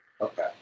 okay